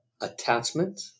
attachment